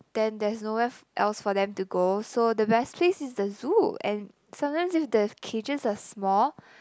then there's no where f~ else for them to go so the best place is the zoo and sometimes if the cages are small